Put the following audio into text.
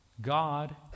God